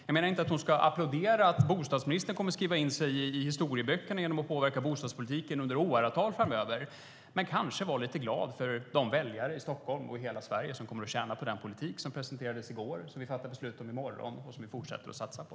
Jag menar inte att hon ska applådera att bostadsministern kommer att skriva in sig i historieböckerna genom att påverka bostadspolitiken under åratal framöver. Men hon kanske kunde vara lite glad för de väljare i Stockholm och i hela Sverige som kommer att tjäna på den politik som presenterades i går, som vi fattar beslut om i morgon och som vi fortsätter att satsa på.